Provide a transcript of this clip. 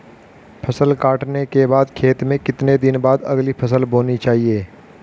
फसल काटने के बाद खेत में कितने दिन बाद अगली फसल बोनी चाहिये?